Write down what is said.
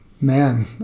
Man